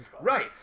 right